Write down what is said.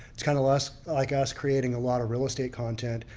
it's kind of lost like us creating a lot of real estate content.